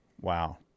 Wow